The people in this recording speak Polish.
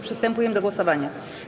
Przystępujemy do głosowania.